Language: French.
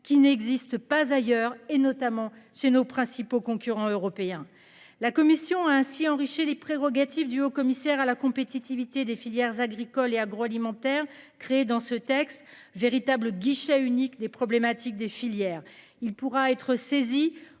qui n'existent pas ailleurs et notamment chez nos principaux concurrents européens. La commission a ainsi enrichi les prérogatives du haut commissaire à la compétitivité des filières agricoles et agroalimentaires créée dans ce texte, véritable guichet unique des problématiques des filières, il pourra être saisi